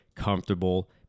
comfortable